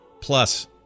plus